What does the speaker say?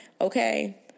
okay